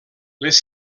les